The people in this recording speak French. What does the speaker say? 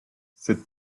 cette